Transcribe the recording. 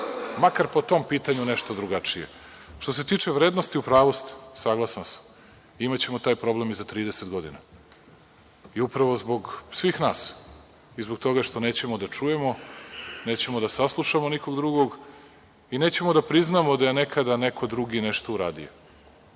Makar po tom pitanju je nešto drugačije. Što se tiče vrednosti, u pravu ste, saglasan sam. Imaćemo taj problem i za 30 godina. I upravo zbog svih nas i zbog toga što nećemo da čujemo, nećemo da saslušamo nikog drugog i nećemo da priznamo da je nekada neko drugi nešto uradio,